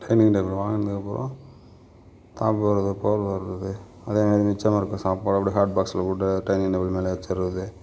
dining table வாங்கினதுக்கப்பறம் சாப்பிட்றது போகிறது வர்றது அதே மாதிரி மிச்சமாகருக்குற சாப்பாட்டை அப்படியே ஹாட் பாக்ஸில் போட்டு அதை டைனிங் டேபிள் மேலேயே வச்சுட்றது